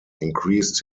increased